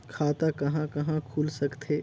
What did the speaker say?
खाता कहा कहा खुल सकथे?